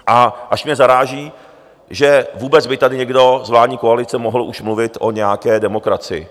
A až mě zaráží, že vůbec by tady někdo z vládní koalice mohl už mluvit o nějaké demokracii.